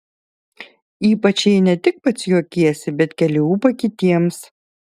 ypač jei ne tik pats juokiesi bet keli ūpą kitiems